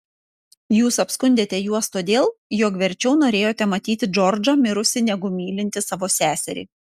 jūs apskundėte juos todėl jog verčiau norėjote matyti džordžą mirusį negu mylintį savo seserį